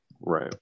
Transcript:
right